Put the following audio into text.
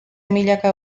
milaka